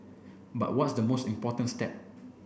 but what's the most important step